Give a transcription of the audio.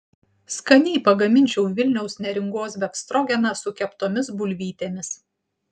skaniai pagaminčiau vilniaus neringos befstrogeną su keptomis bulvytėmis